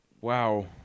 Wow